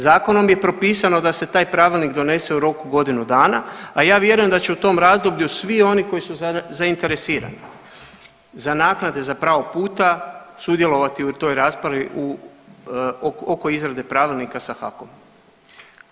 Zakonom bi propisano da je taj pravilnik donese u roku godinu dana, a ja vjerujem da će u tom razdoblju svi oni koji su zainteresirani za naknade za pravo puta sudjelovati u toj raspravi u, oko izrade pravilnika sa HAKOM-om.